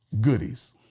goodies